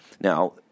Now